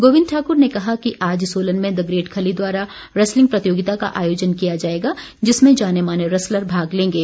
गोविंद ठाकुर ने कहा कि आज सोलन में द ग्रेट खली द्वारा रैसलिंग प्रतियोगिता का आयोजन किया जाएगा जिसमें जाने माने रैसलर भाग लेंगे